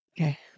Okay